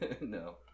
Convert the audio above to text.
No